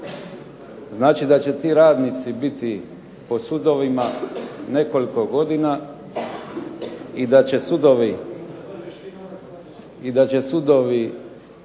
Znači da će ti radnici biti po sudovima nekoliko godina i da će sudovi